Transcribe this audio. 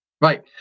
right